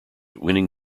winning